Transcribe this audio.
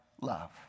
love